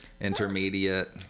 Intermediate